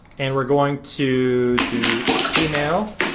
and we're going to do email,